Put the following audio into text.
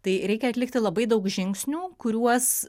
tai reikia atlikti labai daug žingsnių kuriuos